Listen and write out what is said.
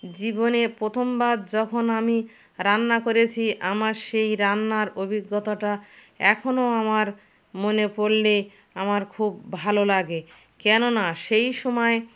জীবনে প্রথমবার যখন আমি রান্না করেছি আমার সেই রান্নার অভিজ্ঞতাটা এখনও আমার মনে পড়লে আমার খুব ভালো লাগে কেননা সেই সময়